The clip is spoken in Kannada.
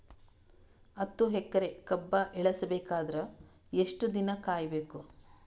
ಹತ್ತು ಎಕರೆ ಕಬ್ಬ ಇಳಿಸ ಬೇಕಾದರ ಎಷ್ಟು ದಿನ ಕಾಯಿ ಬೇಕು?